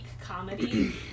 Comedy